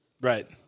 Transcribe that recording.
Right